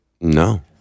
No